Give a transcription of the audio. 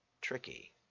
tricky